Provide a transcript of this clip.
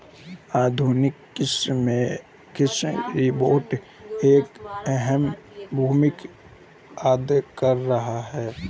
आधुनिक कृषि में कृषि रोबोट एक अहम भूमिका अदा कर रहे हैं